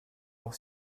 leur